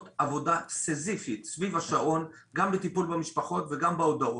עבודה סיזיפית סביב השעון גם בטיפול במשפחות וגם בהודעות.